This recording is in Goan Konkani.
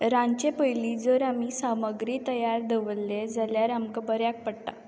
रांदचे पयली जर आमी सामग्री तयार दवल्ले जाल्यार आमकां बऱ्याक पडटा